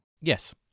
Yes